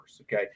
Okay